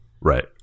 Right